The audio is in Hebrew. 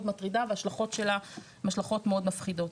מטרידה וההשלכות שלה הן השלכות מאוד מפחידות.